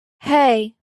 hey